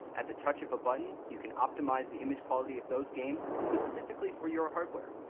at the touch of a button, you can optimize the image quality of those games specifically for your hardware.